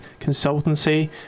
consultancy